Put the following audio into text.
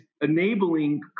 enabling